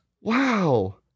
Wow